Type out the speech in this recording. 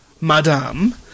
madame